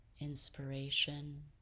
Inspiration